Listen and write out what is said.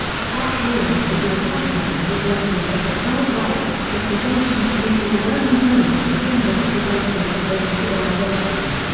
such ruins would be a testament to the greatness of the third reich, just as ancient greek or roman ruins were symbols of the greatness of those civilizations.